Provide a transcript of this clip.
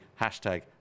Hashtag